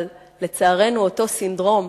אבל לצערנו אותו סינדרום,